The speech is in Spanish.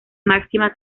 máxima